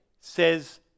says